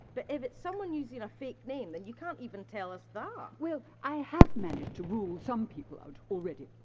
but if it's someone using a fake name, then you can't even tell us that. well i have managed to rule some people out already.